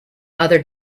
other